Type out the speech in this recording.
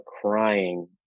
crying